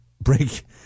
break